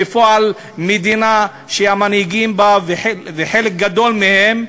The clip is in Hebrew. בפועל, היא מדינה שהמנהיגים בה, חלק גדול מהם,